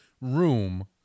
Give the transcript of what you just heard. room